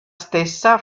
stessa